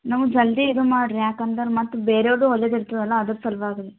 ನಮ್ಗೆ ಜಲ್ದಿ ಇದು ಮಾಡ್ರಿ ಯಾಕಂದ್ರೆ ಮತ್ತು ಬೇರೆಯವ್ರದ್ದು ಹೊಲಿಯೋದು ಇರ್ತದೆ ಅಲ್ಲ ಅದ್ರ ಸಲುವಾಗಿ ರೀ